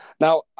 now